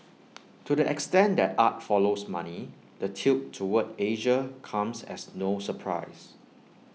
to the extent that art follows money the tilt toward Asia comes as no surprise